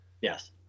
Yes